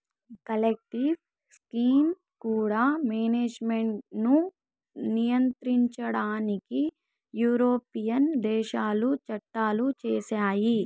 collective scheme గుండా management ను నియంత్రించడానికి యూరోపియన్ దేశాలు చట్టాలు చేశాయి